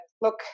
look